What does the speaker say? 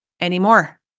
anymore